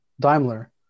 Daimler